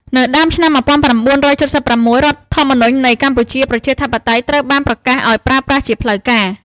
នៅដើមឆ្នាំ១៩៧៦ រដ្ឋធម្មនុញ្ញនៃកម្ពុជាប្រជាធិបតេយ្យត្រូវបានប្រកាសឱ្យប្រើប្រាស់ជាផ្លូវការ។